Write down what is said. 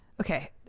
okay